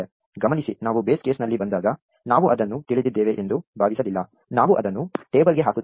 ಗಮನಿಸಿ ನಾವು base case ನಲ್ಲಿ ಬಂದಾಗ ನಾವು ಅದನ್ನು ತಿಳಿದಿದ್ದೇವೆ ಎಂದು ಭಾವಿಸಲಿಲ್ಲ ನಾವು ಅದನ್ನು ಟೇಬಲ್ಗೆ ಹಾಕುತ್ತೇವೆ